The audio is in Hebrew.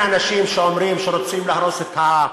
אנשים שאומרים שרוצים להרוס את ההר,